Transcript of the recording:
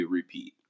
repeat